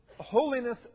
holiness